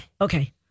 Okay